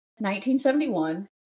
1971